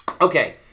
Okay